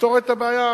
לפתור את הבעיה,